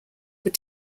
were